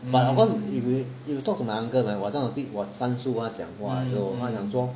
but of course if you if you talk to my uncle right 好像我弟我三叔跟他讲话的时候他讲说